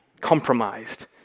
compromised